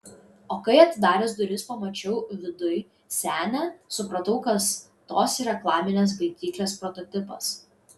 o kai atidaręs duris pamačiau viduj senę supratau kas tos reklaminės baidyklės prototipas